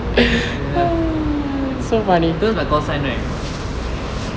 you know what's my call sign right